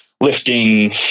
lifting